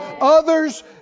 Others